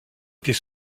était